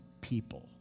people